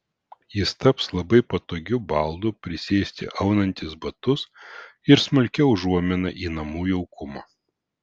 jis taps labai patogiu baldu prisėsti aunantis batus ir smulkia užuomina į namų jaukumą